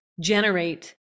generate